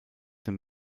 den